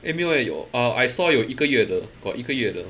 eh 没有 eh 有 uh I saw 有一个月的 got 一个月的